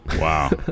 wow